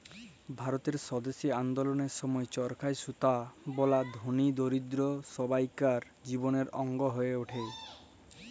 ভারতের স্বদেশী আল্দললের সময় চরখায় সুতা বলা ধলি, দরিদ্দ সব্বাইকার জীবলের অংগ হঁয়ে উঠে